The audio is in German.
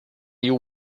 you